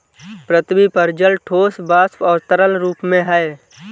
पृथ्वी पर जल ठोस, वाष्प और तरल रूप में है